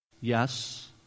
yes